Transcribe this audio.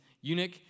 eunuch